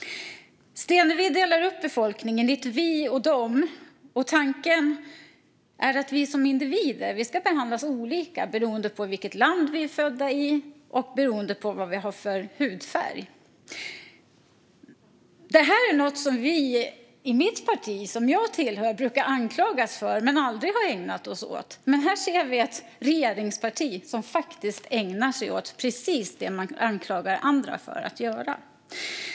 Stenevi delar upp befolkningen i ett vi och ett dom. Tanken är att vi som individer ska behandlas olika beroende på i vilket land vi är födda i och beroende på vad vi har för hudfärg. Det här är något som vi i mitt parti brukar anklagas för men aldrig har ägnat oss åt. Men här ser vi ett regeringsparti som ägnar sig åt precis det man anklagar andra för att göra.